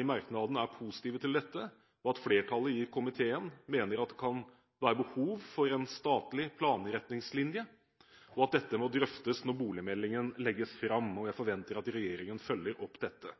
i merknaden er positive til dette, at flertallet i komiteen mener det kan være behov for en statlig planretningslinje, og at dette må drøftes når boligmeldingen legges fram. Jeg forventer at regjeringen følger opp dette.